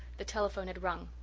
the telephone had rung.